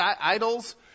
idols